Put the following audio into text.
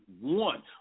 one